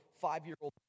five-year-old